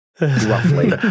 roughly